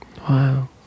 Wow